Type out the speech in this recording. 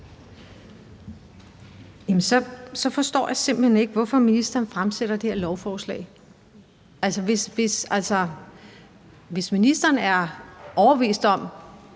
så forstår jeg simpelt hen ikke, hvorfor ministeren fremsætter det her lovforslag. Hvis ministeren er overbevist om,